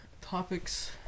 topics